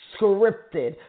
scripted